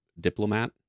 Diplomat